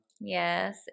Yes